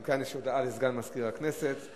הודעה לסגן מזכירת הכנסת.